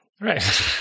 Right